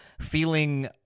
feeling